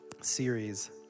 series